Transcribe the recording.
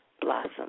blossom